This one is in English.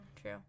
true